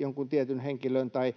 jonkun tietyn henkilön tai